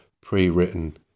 pre-written